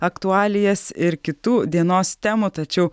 aktualijas ir kitų dienos temų tačiau